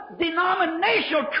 denominational